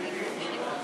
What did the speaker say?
אני הייתי פה,